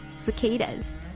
cicadas